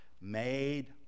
made